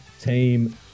Team